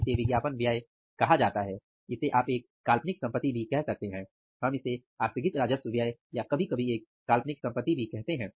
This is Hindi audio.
इसे विज्ञापन व्यय कहा जाता है इसे आप एक काल्पनिक संपत्ति भी कह सकते है हम इसे आस्थगित राजस्व व्यय या कभी कभी एक काल्पनिक संपत्ति भी कहते हैं